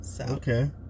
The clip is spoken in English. Okay